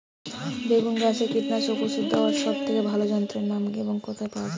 বেগুন গাছে কীটনাশক ওষুধ দেওয়ার সব থেকে ভালো যন্ত্রের নাম কি এবং কোথায় পাওয়া যায়?